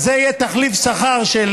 אז זה יהיה תחליף שכר של